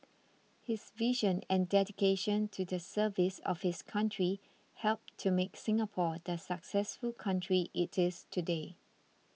his vision and dedication to the service of his country helped to make Singapore the successful country it is today